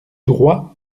droits